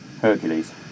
Hercules